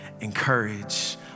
Encourage